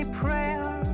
prayer